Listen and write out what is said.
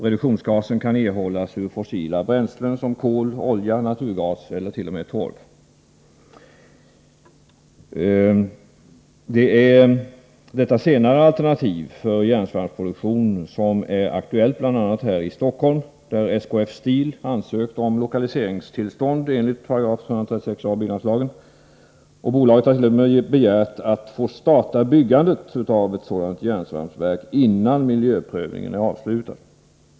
Reduktionsgasen kan erhållas ur fossila bränslen — kol, olja, naturgas eller t.o.m. torv. Det är det senare alternativet för järnsvampsproduktion som är aktuellt bl.a. här i Stockholm. SKF Steel har ansökt om lokaliseringstillstånd enligt 136 a § byggnadslågen. Bolaget har t.o.m. begärt att få starta byggandet av ett sådant järnsvampsverk innan miljöprövningen är avslutad.